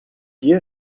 qui